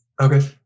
Okay